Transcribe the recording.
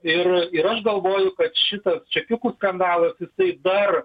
ir ir aš galvoju kad šitas čekiukų skandalas jisai dar